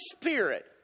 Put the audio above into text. spirit